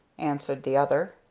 answered the other,